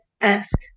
ask